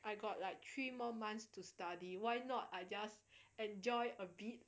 I got like three more months to study why not I just enjoy a bit